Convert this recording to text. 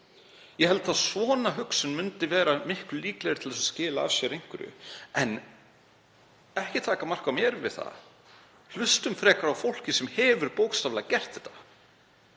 Ég held að svona hugsun væri miklu líklegri til að skila af sér einhverju, en ekki taka mark á mér um það, hlustum frekar á fólkið sem hefur bókstaflega gert þetta,